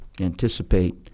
anticipate